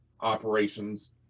operations